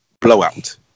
blowout